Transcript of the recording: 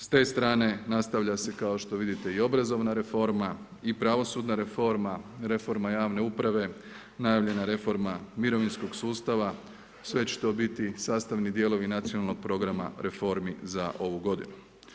S te strane nastavlja se kao što vidite i obrazovna reforma i pravosudna reforma, reforma javne uprave, najavljena reforma mirovinskog sustava, sve će to biti sastavni dijelovi nacionalnog programa reformi za ovu godinu.